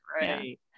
Right